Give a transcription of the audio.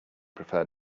prefer